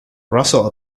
russell